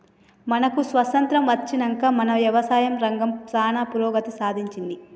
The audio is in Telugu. మనకు స్వాతంత్య్రం అచ్చినంక మన యవసాయ రంగం సానా పురోగతి సాధించింది